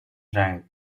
rank